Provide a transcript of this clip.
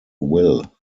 will